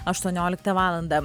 aštuonioliktą valandą